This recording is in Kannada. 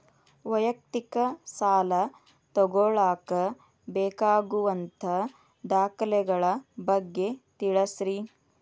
ವೈಯಕ್ತಿಕ ಸಾಲ ತಗೋಳಾಕ ಬೇಕಾಗುವಂಥ ದಾಖಲೆಗಳ ಬಗ್ಗೆ ತಿಳಸ್ರಿ